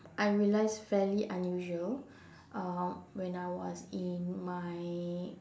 I realized fairly unusual um when I was in my